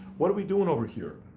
what are we doing over here?